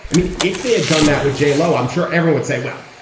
i mean, if they had done that with j-lo, i'm sure everyone say well,